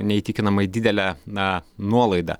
neįtikinamai didelę na nuolaidą